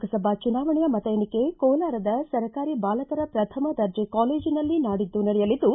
ಲೋಕಸಭಾ ಚುನಾವಣೆಯ ಮತ ಎಣಿಕೆ ಕೋಲಾರದ ಸರ್ಕಾರಿ ಬಾಲಕರ ಪ್ರಥಮ ದರ್ಜೆ ಕಾಲೇಜಿನಲ್ಲಿ ನಾಡಿದ್ದು ನಡೆಯಲಿದ್ದು